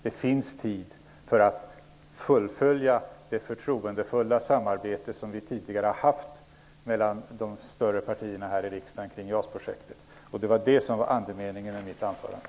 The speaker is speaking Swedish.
Det finns tid för att fullfölja det förtroendefulla samarbete som vi tidigare haft mellan de större partierna i riksdagen kring JAS projektet. Det var andemeningen i mitt anförande.